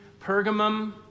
Pergamum